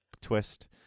twist